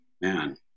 man